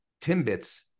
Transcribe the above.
Timbits